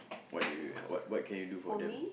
what do you what what can you do for them